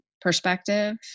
perspective